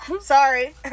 Sorry